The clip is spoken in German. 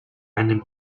einem